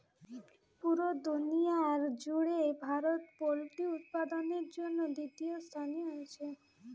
পুরা দুনিয়ার জুড়ে ভারত পোল্ট্রি উৎপাদনের জন্যে তৃতীয় স্থানে আছে